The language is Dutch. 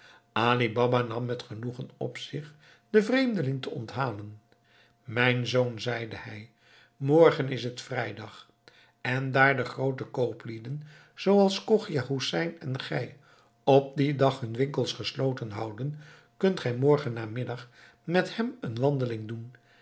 baba nam met genoegen op zich den vreemdeling te onthalen mijn zoon zeide hij morgen is t vrijdag en daar de groote kooplieden zooals chogia hoesein en gij op dien dag hun winkels gesloten houden kunt gij morgen namiddag met hem een wandeling doen